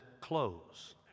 close